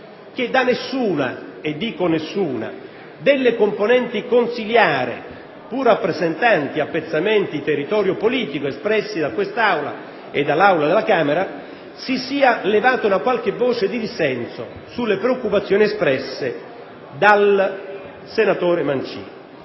che da nessuna, dico nessuna, delle componenti consiliari, pur rappresentanti appezzamenti di territorio politico espresse da quest'Aula e dall'Aula della Camera, si sia levata una qualche voce di dissenso sulle preoccupazioni espresse dal senatore Mancino.